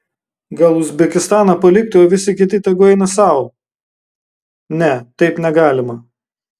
gal uzbekistaną palikti o visi kiti tegu eina sau ne taip negalima